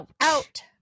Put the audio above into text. out